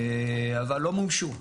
אבל לא מומשו.